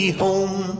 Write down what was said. home